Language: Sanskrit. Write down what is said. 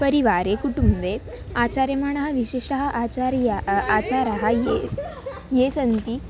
परिवारे कुटुम्बे आचार्यमाणाााः विशिष्टाः आचाराः आचाराः ये ये सन्ति